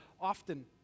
often